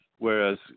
Whereas